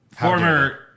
Former